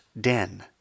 den